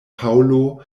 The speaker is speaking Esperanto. paŭlo